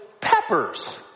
peppers